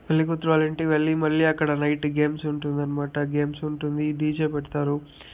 పెళ్ళికూతురు వాళ్ళ ఇంటికి వెళ్ళి మళ్ళీ అక్కడ నైట్ గేమ్స్ ఉంటుందనమాట గేమ్స్ ఉంటుంది డీజే పెడతారు